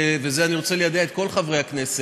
וזה ליידע את כל חברי הכנסת,